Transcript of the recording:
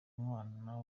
mwana